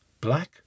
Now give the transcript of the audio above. black